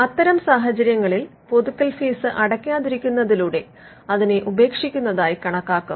അത്തരം സാഹചര്യങ്ങളിൽ പുതുക്കൽ ഫീസ് അടയ്ക്കാതിരിക്കുന്നതിലൂടെ അതിനെ ഉപേക്ഷിക്കുന്നതായി കണക്കാക്കും